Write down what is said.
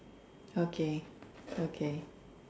okay okay